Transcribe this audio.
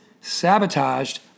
sabotaged